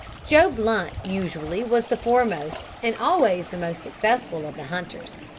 joe blunt usually was the foremost and always the most successful of the hunters.